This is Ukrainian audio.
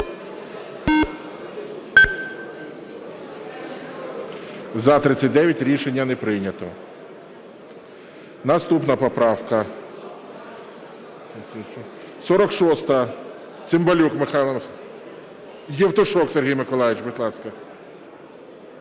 За-39 Рішення не прийнято. Наступна поправка 46-а, Цимбалюк Михайло. Євтушок Сергій Миколайович, будь ласка.